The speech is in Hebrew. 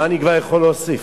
מה אני כבר יכול להוסיף?